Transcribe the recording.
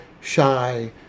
shy